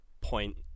point